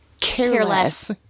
Careless